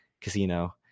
casino